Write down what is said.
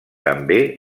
també